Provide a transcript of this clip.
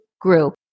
group